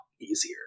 easier